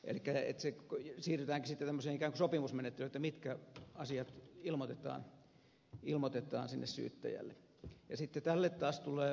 siirrytäänkin sitten ikään kuin tämmöiseen sopimusmenettelyyn mitkä asiat ilmoitetaan sinne syyttäjälle ja sitten tälle taas tulee poikkeussäännös